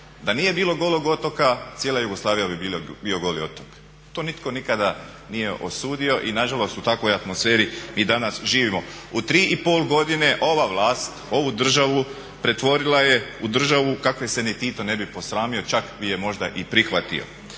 "Da nije bilo Golog otoka cijela Jugoslavija bi bio Goli otok." To nitko nikada nije osudio i na žalost u takvoj atmosferi mi danas živimo. U tri i pol godine ova vlast, ovu državu pretvorila je u državu kakve se ni Tito ne bi posramio čak bi je možda i prihvatio.